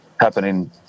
happening